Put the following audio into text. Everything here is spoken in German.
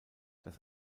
das